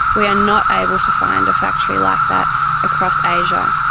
we are not able to find a factory like that across asia.